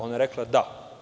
Ona je rekla – da.